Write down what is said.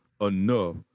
enough